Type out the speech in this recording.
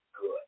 Good